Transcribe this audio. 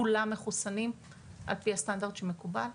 כולם מחוסנים על פי הסטנדרט שמקובל.